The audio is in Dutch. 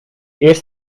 eerst